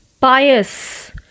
pious